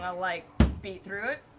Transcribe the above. ah like beat through it?